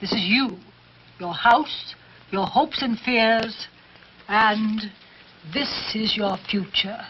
this is you know how your hopes and fears and this is your future